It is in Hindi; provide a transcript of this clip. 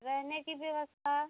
रहने की व्यवस्था